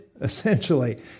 essentially